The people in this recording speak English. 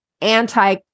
anti